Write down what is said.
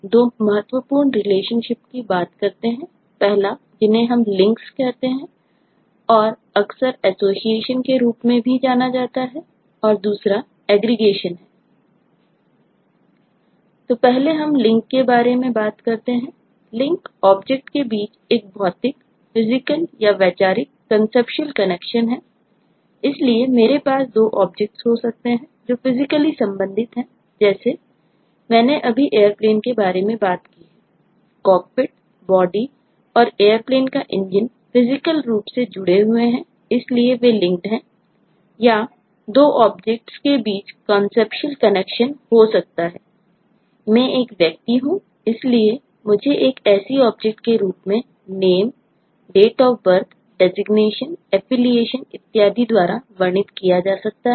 तो पहले हम लिंक के रूप में name जन्म तिथि date of birth पदनाम designation संबद्धता affiliation इत्यादि द्वारा वर्णित किया जा सकता है